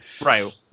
Right